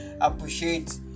Appreciate